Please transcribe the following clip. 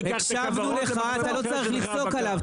הקשבנו לך, אתה לא צריך לצעוק עליו.